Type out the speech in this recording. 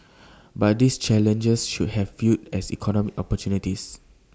but these challenges should have viewed as economic opportunities